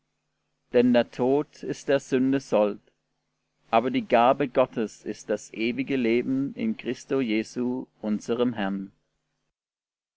denn der tod ist der sünde sold aber die gabe gottes ist das ewige leben in christo jesu unserm herrn